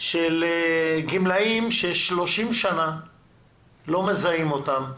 של גמלאים ש-30 שנים לא מזהים אותם,